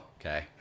okay